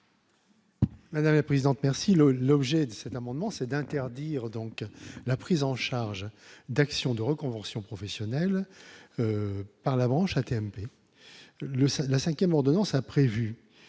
de la commission ? L'objet de cet amendement est d'interdire la prise en charge d'actions de reconversion professionnelle par la branche AT-MP. La cinquième ordonnance a prévu